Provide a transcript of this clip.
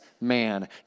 man